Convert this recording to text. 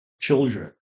children